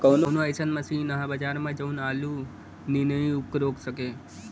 कवनो अइसन मशीन ह बजार में जवन आलू नियनही ऊख रोप सके?